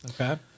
Okay